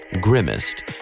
Grimmest